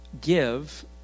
give